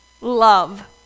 love